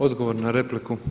Odgovor na repliku.